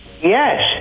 Yes